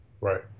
Right